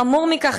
חמור מכך,